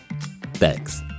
Thanks